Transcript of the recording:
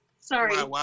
Sorry